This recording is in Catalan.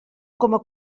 coma